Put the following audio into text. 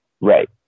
Right